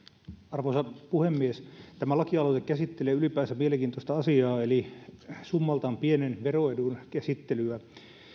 arvoisa puhemies tämä lakialoite käsittelee ylipäänsä mielenkiintoista asiaa eli summaltaan pienen veroedun käsittelyä